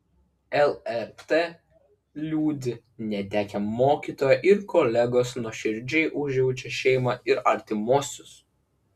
lrt liūdi netekę mokytojo ir kolegos nuoširdžiai užjaučia šeimą ir artimuosius